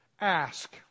Ask